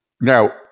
now